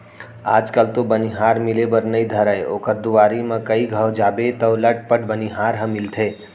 आज कल तो बनिहार मिले बर नइ धरय ओकर दुवारी म कइ घौं जाबे तौ लटपट बनिहार ह मिलथे